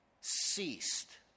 ceased